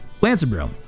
Lancerbro